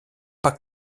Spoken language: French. pas